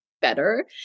better